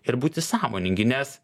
ir būti sąmoningi nes